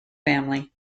family